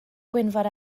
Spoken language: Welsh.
gwynfor